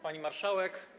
Pani Marszałek!